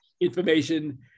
information